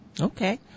Okay